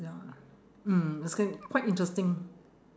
ya mm it's qui~ quite interesting